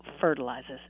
fertilizes